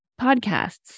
podcasts